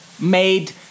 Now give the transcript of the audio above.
made